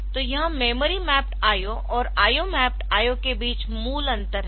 तो यह memory mapped IO और IO मैप्ड IO के बीच मूल अंतर है